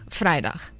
vrijdag